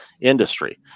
industry